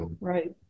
Right